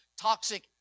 toxic